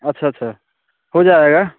अच्छा अच्छा हो जाएगा